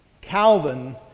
Calvin